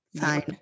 fine